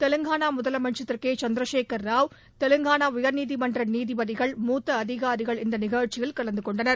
தெவங்கானா முதலமைச்சா் திரு கே சந்திரசேகர ராவ் தெவங்கானா உயா்நீதிமன்ற நீதிபதிகள் மூத்த அதிகாரிகள் இந்த நிகழ்ச்சியில் கலந்து கொண்டனர்